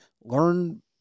learn